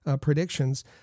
predictions